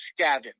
scavenge